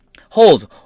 holds